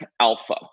alpha